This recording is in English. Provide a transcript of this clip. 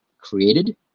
created